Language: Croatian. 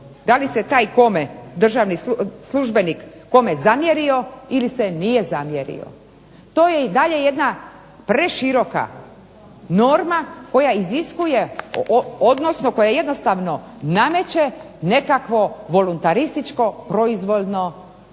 da li se taj kome državni službenik kome zamjerio ili se nije zamjerio. To je i dalje jedna preširoka norma koja iziskuje, odnosno koja jednostavno nameće nekakvo voluntarističko proizvoljno tumačenje.